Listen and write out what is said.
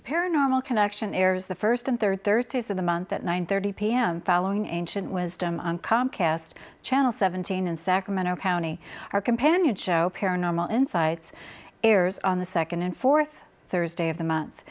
the paranormal connection airs the first and third thirtieth of the month at nine thirty pm following ancient wisdom on comcast channel seventeen in sacramento county our companion show paranormal insights airs on the second and fourth thursday of the month